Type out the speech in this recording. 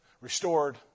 restored